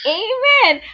amen